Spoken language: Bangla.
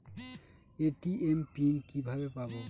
এ.টি.এম পিন কিভাবে পাবো?